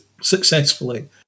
successfully